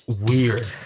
weird